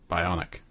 Bionic